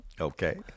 Okay